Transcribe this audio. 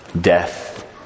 death